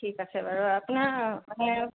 ঠিক আছে বাৰু আপোনাৰ মানে